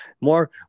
More